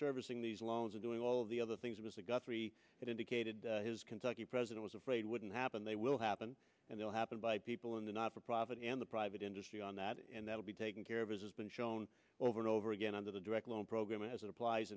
servicing these loans or doing all the other things it was a guthrie and indicated his kentucky president was afraid wouldn't happen they will happen and they'll happen by people in the not for profit and the private industry on that and that will be taken care of as has been shown over and over again under the direct loan program as it applies